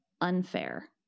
unfair